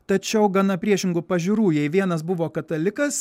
tačiau gana priešingų pažiūrų jei vienas buvo katalikas